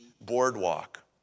boardwalk